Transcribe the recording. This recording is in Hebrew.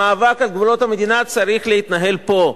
המאבק על גבולות המדינה צריך להתנהל פה,